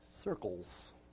Circles